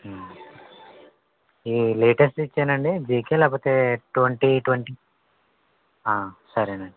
ఈ లేటెస్ట్ది ఇచ్చేయనండి జీకే లేకపోతే ట్వంటీ ట్వంటీ సరేనండి